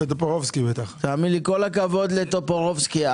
כל הכבוד לטופורובסקי.